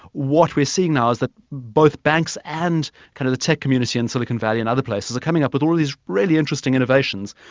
what we're seeing now is that both the banks and kind of the tech community in silicon valley and other places are coming up with all these really interesting innovations,